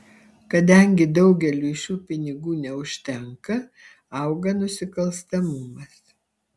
kadangi daugeliui šių pinigų neužtenka auga nusikalstamumas